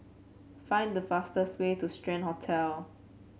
find the fastest way to Strand Hotel